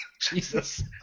Jesus